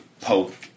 poke